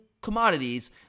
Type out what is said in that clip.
commodities